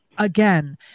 Again